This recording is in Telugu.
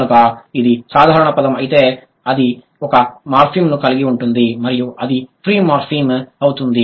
కనుక ఇది సాధారణ పదం అయితే అది ఒక మార్ఫిమ్ను కలిగి ఉంటుంది మరియు అది ఫ్రీ మార్ఫిమ్ అవుతుంది